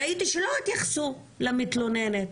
ראיתי שלא התייחסו למתלוננת